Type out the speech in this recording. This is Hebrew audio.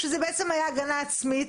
כשזה בעצם היה הגנה עצמית,